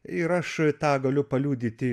ir aš tą galiu paliudyti